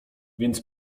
więc